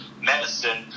medicine